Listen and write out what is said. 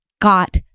got